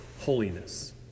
holiness